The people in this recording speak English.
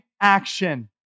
action